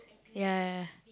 ya ya ya